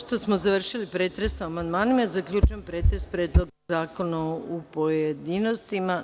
Pošto smo završili pretres o amandmanima, zaključujem pretres Predloga zakona u pojedinostima.